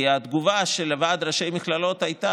כי התגובה של ועד ראשי המכללות הייתה